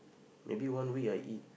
maybe one week I eat